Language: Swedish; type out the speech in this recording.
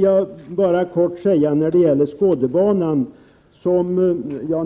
Jan-Erik Wikström säger